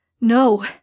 No